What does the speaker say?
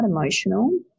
emotional